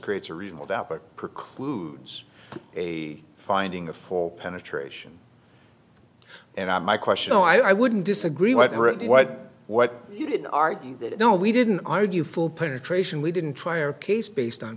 creates a reasonable doubt but precludes a finding a full penetration and i my question no i wouldn't disagree with really what what you didn't argue that no we didn't argue full penetration we didn't try a case based on